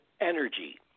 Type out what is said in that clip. energy